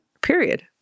Period